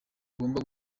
ugomba